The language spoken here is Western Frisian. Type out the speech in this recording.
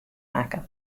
makke